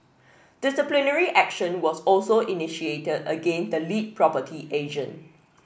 disciplinary action was also initiated against the lead property agent